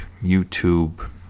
YouTube